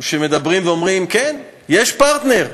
שמדברים ואומרים: כן, יש פרטנר,